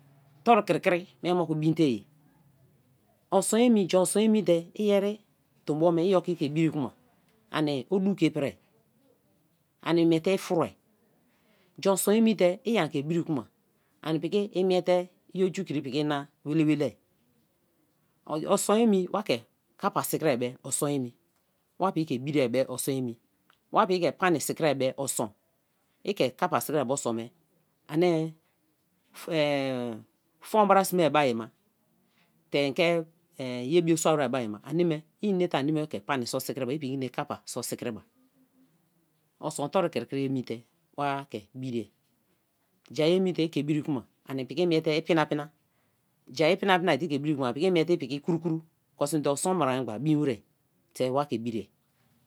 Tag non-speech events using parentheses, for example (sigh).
Toru kri kri mie moku bin te, o-sun emi, jaa sun emi te iyeri to-mbo me i oki te ke brii kuma ani odu ke pria, ani miele ifa-rini, jaa o sun emi tei an ki biri kuma ani piki imie tei oju kri piki ina wele wele-a; o sun emi wa ke kappa sikri be o sun emi, wa piki ke biri o sun emi, wa piki ke pani si'kri be o sun, ike kappa si kri be osun me ani (hesitation) fun bra sme bei ma tei ike (hesitation) ye bio sua wer bai ai ma, ani me inete ani me ke pani so sikri ba i piki ke kappa so sikri ba; o sun toru kri kri emi te, wa ke biri; ja emi te ike brii kuma ani piki i miete i pina-pina, ja i pina-pina te i ke brii kma ani piki imiete i krukru, o kon sme te osun bra memgba bra bin were te wie ke biri.